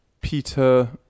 Peter